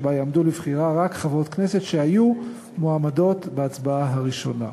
ובה יעמדו לבחירה רק חברות הכנסת שהיו מועמדות בהצבעה הראשונה.